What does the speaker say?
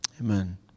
Amen